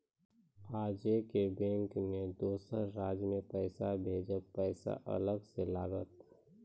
आजे के बैंक मे दोसर राज्य मे पैसा भेजबऽ पैसा अलग से लागत?